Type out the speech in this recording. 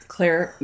Claire